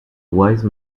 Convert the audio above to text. wise